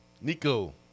Nico